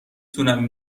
تونم